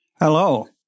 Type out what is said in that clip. Hello